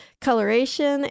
coloration